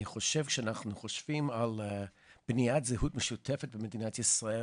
אני חושבת שכשאנחנו חושבים על בניית זהות משותפת במדינת ישראל,